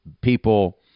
people